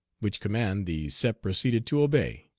which command the sep proceeded to obey.